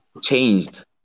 changed